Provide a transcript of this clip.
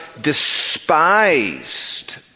despised